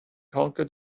conquer